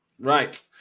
Right